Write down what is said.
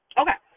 okay